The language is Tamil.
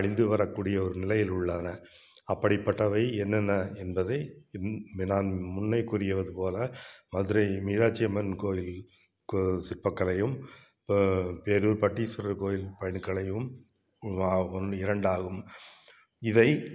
அழிந்து வரக்கூடிய ஒரு நிலையில் உள்ளன அப்படிப்பட்டவை என்னென்ன என்பதை என் மினாலின் முன்னே கூறியவது போல மதுரை மீனாட்சியம்மன் கோயில் க சிற்பக்கலையும் ப பேரூர் பட்டிஸ்வரர் கோயில் பணி கலையும் ஒன் இரண்டாகும் இதை